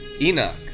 Enoch